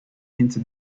into